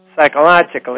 psychologically